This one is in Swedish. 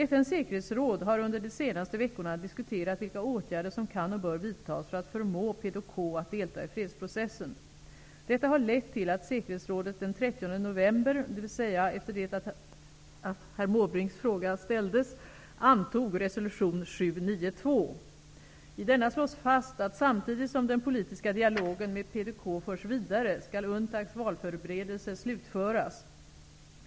FN:s säkerhetsråd har under de senaste veckorna diskuterat vilka åtgärder som kan och bör vidtas för att förmå PDK att delta i fredsprocessen. Detta har lett till att säkerhetsrådet den 30 november, dvs. efter det att herr Måbrinks fråga ställdes, antog resolution 792. I denna slås fast, att samtidigt som den politiska dialogen med PDK förs vidare skall UNTAC:s valförberedelser slutföras.